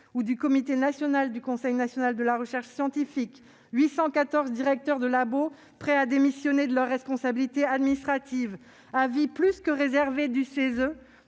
ou du Comité national de la recherche scientifique, 814 directeurs de laboratoire prêts à démissionner de leurs responsabilités administratives, avis plus que réservé du CESE,